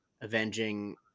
avenging